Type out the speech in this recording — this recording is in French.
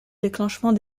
déclenchement